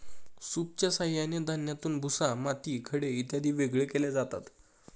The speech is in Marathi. सूपच्या साहाय्याने धान्यातून भुसा, माती, खडे इत्यादी वेगळे केले जातात